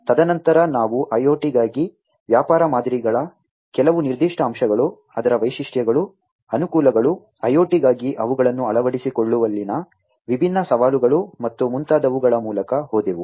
ತದನಂತರ ನಾವು IoT ಗಾಗಿ ವ್ಯಾಪಾರ ಮಾದರಿಗಳ ಕೆಲವು ನಿರ್ದಿಷ್ಟ ಅಂಶಗಳು ಅದರ ವೈಶಿಷ್ಟ್ಯಗಳು ಅನುಕೂಲಗಳು IoT ಗಾಗಿ ಅವುಗಳನ್ನು ಅಳವಡಿಸಿಕೊಳ್ಳುವಲ್ಲಿನ ವಿಭಿನ್ನ ಸವಾಲುಗಳು ಮತ್ತು ಮುಂತಾದವುಗಳ ಮೂಲಕ ಹೋದೆವು